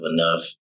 enough